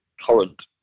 current